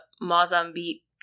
Mozambique